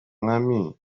mwami